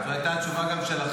זו הייתה גם התשובה שלכם.